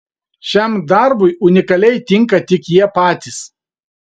šiam darbui unikaliai tinka tik jie patys